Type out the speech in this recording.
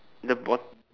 the bott~